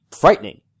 frightening